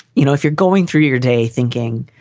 you know, if you're going through your day thinking,